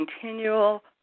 continual